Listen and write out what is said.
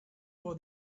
for